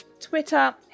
Twitter